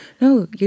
no